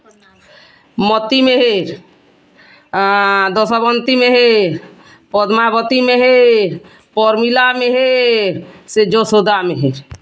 Mati Meher Dashabanti Meher Padmavati Meher Pramila Meher Shri Yashoda Meher